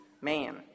Man